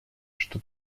что